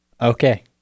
Okay